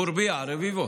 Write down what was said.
אבו רביע, רביבו,